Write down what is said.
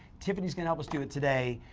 tiffani's gonna help us do it today.